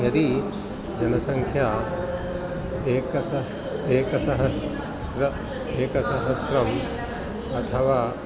यदि जनसङ्ख्या एकसहस्रम् एकसहस्रम् एकसहस्रम् अथवा